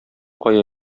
кая